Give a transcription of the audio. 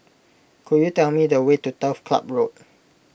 could you tell me the way to Turf Ciub Road